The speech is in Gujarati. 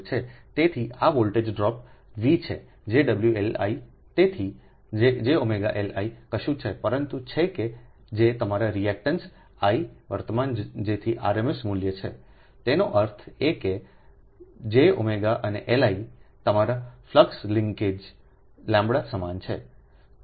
તેથી આ વોલ્ટેજ ડ્રોપ વી છેjωliતેથીjωliકશું છે પરંતુ છે કે જે તમારા ReactanceI વર્તમાન જેથી RMS મૂલ્ય છેતેનો અર્થ એ કે જે ઓમેગા અને Li તમારા ફ્લક્સ લિંટેજ λ સમાન છે